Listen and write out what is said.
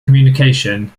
communication